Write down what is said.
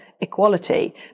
equality